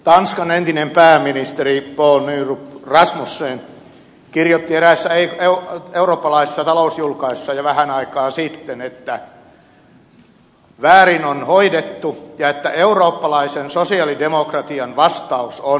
tanskan entinen pääministeri poul nyrup rasmussen kirjoitti eräässä eurooppalaisessa talousjulkaisussa jo vähän aikaa sitten että väärin on hoidettu ja eurooppalaisen sosialidemokratian vastaus on